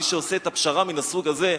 מי שעושה את הפשרה מן הסוג הזה,